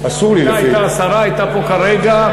אסור לי לפי, השרה הייתה פה כרגע.